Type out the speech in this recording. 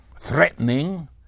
threatening